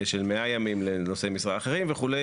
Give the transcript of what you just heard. של 100 ימים לנושאי משרה אחרים וכו',